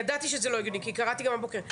ידעתי שזה לא הגיוני כי קראתי גם הבוקר.